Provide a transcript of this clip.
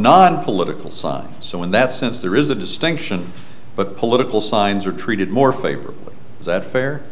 nonpolitical side so in that sense there is a distinction but political signs are treated more favorably is that fair